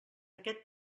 aquest